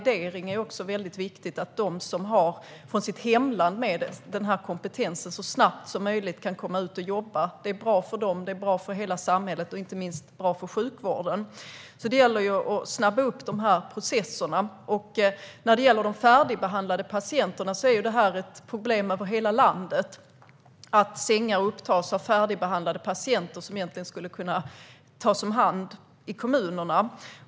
Det är också viktigt med validering så att de som har den här kompetensen från sitt hemland så snabbt som möjligt kan komma ut och jobba. Det är bra för dem, det är bra för hela samhället och inte minst är det bra för sjukvården. Det gäller alltså att snabba upp de här processerna. När det gäller de färdigbehandlade patienterna är det ett problem över hela landet att sängar upptas av färdigbehandlade patienter som egentligen skulle kunna tas om hand i kommunerna.